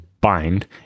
bind